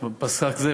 פסק זה,